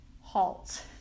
Halt